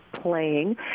playing